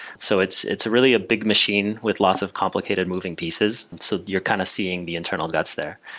so it's it's really a big machine with lots of complicated moving pieces, so you're kind of seeing the internal guts there.